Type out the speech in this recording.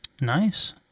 Nice